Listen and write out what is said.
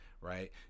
right